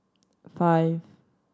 five